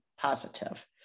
positive